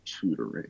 tutoring